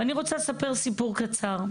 אני רוצה לספר סיפור קצר.